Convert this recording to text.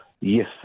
Yes